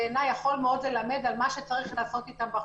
אני אדבר על משהו שבעיני יכול ללמד על מה שצריך לעשות אתם בחוץ.